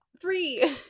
Three